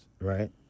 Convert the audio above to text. Right